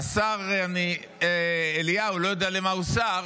השר אליהו, לא יודע למה הוא שר,